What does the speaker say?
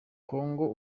kongo